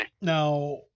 Now